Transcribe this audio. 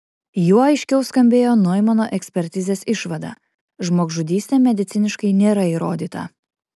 juo aiškiau skambėjo noimano ekspertizės išvada žmogžudystė mediciniškai nėra įrodyta